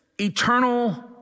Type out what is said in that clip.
eternal